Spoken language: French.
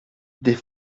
des